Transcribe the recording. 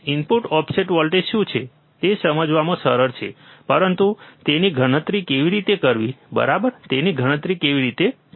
input offset voltage શું છે તે સમજવામાં સરળ છે પરંતુ તેની ગણતરી કેવી રીતે કરવી બરાબર તેની ગણતરી કેવી રીતે કરવી